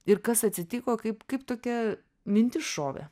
ir kas atsitiko kaip kaip tokia mintis šovė